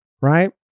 right